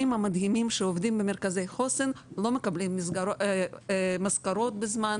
המדהימים שעובדים במרכזי חוסן לא מקבלים משכורות בזמן,